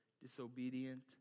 disobedient